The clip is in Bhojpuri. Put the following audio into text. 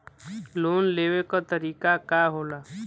लोन लेवे क तरीकाका होला?